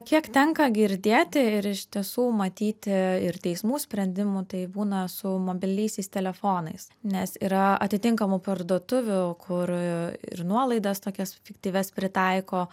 kiek tenka girdėti ir iš tiesų matyti ir teismų sprendimų tai būna su mobiliaisiais telefonais nes yra atitinkamų parduotuvių kur ir nuolaidas tokias fiktyvias pritaiko